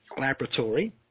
laboratory